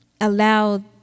allow